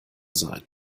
sein